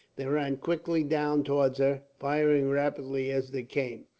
they ran quickly down towards her, firing rapidly as they came.